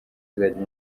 izajya